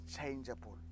changeable